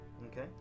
Okay